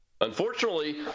Unfortunately